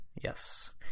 Yes